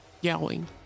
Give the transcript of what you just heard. yelling